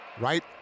right